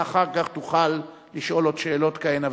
ואחר כך תוכל לשאול עוד שאלות כהנה וכהנה.